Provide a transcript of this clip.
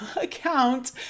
account